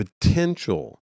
potential